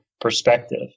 perspective